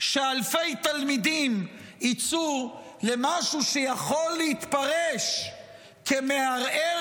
שאלפי תלמידים יצאו למשהו שיכול להתפרש כמערער